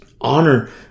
Honor